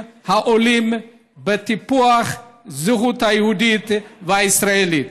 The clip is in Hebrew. העולים ועל טיפוח הזהות היהודית והישראלית.